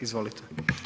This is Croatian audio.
Izvolite.